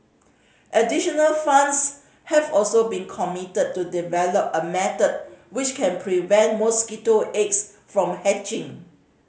additional funds have also been committed to develop a method which can prevent mosquito eggs from hatching